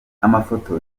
amafoto